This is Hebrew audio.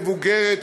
מבוגרת,